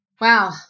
Wow